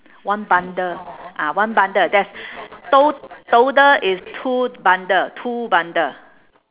one bundle ah one bundle there's to~ total is two bundle two bundle